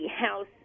house